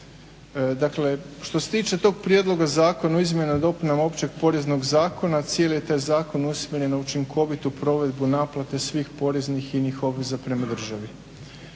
Dakle, što se tiče tog Prijedloga zakona o izmjenama i dopunama Općeg poreznog zakona cijeli je taj zakon usmjeren na učinkovitu provedbu naplate svih poreznih i inih obveza prema državi.